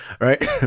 right